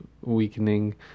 weakening